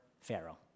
Pharaoh